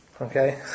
okay